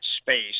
space